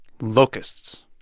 locusts